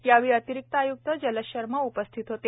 यावेळी अतिरिक्त आय्क्त जलज शर्मा उपस्थित होते